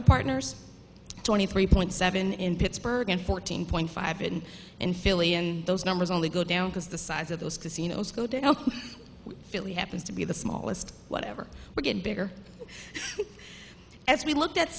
our partners twenty three point seven in pittsburgh and fourteen point five in in philly and those numbers only go down because the size of those casinos go to philly happens to be the smallest whatever we get bigger as we looked at